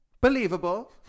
Believable